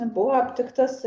buvo aptiktas